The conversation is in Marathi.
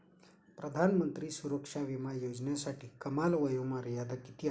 प्रधानमंत्री सुरक्षा विमा योजनेसाठी कमाल वयोमर्यादा किती आहे?